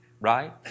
right